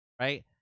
right